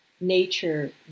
nature